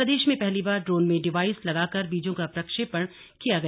प्रदेश में पहली बार ड्रोन में डिवाइस लगाकर बीजों का प्रक्षेपण किया गया